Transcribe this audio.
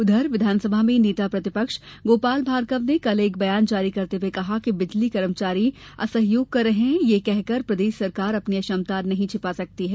उधर विधानसभा में नेता प्रतिपक्ष गोपाल भार्गव ने कल एक बयान जारी करते हुए कहा कि बिजली कर्मचारी असहयोग कर रहे हैं यह कहकर प्रदेश सरकार अपनी अक्षमता नहीं छीपा सकती है